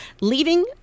leaving